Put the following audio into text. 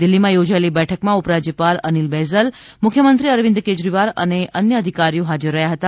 દિલ્હીમાં યોજાયેલી બેઠકમાં ઉપરાજ્યપાલ અનિલ બૈજલ મુખ્યમંત્રી અરવિંદ કેજરીવાલ અને અધિકારીઓ હાજર રહ્યા હતા